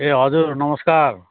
ए हजुर नमस्कार